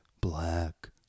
Black